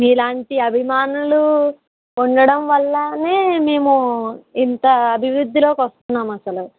మీలాంటి అభిమానులు ఉండడం వల్లనే మేము ఇంత అభివృద్ధిలోకి వస్తున్నాము అసలు